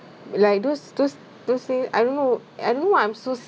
like those those those things I don't know I don't know why I'm so